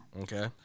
Okay